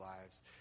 lives